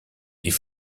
die